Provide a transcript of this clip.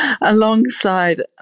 alongside